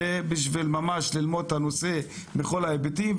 כדי ללמוד את הנושא בכל ההיבטים,